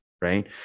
right